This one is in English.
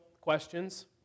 questions